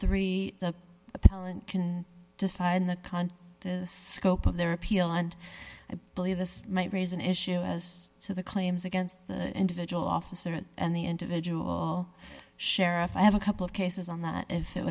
le three talent can decide the kind of scope of their appeal and i believe this might raise an issue as to the claims against the individual officer and the individual sheriff i have a couple of cases on that if